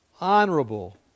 honorable